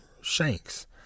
Shanks